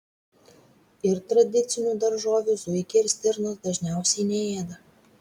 ir tradicinių daržovių zuikiai ir stirnos dažniausiai neėda